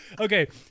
Okay